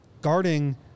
guarding